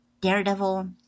daredevil